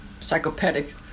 psychopathic